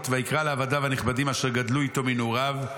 ויקרא לעבדיו הנכבדים אשר גדלו איתו מנעוריו,